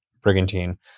Brigantine